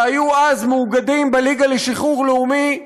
שהיו אז מאוגדים בליגה לשחרור לאומי,